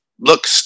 look